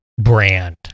brand